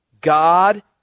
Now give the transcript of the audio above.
God